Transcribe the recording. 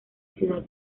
ciudad